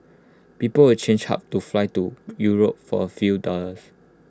people will change hubs to fly to Europe for A few dollars